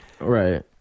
Right